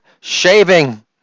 shaving